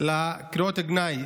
לקריאות הגנאי